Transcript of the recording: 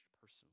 personally